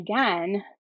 again